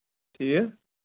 ٹھیٖک